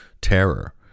terror